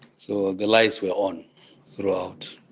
so the lights were on throughout.